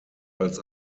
als